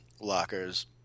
lockers